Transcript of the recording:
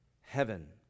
heaven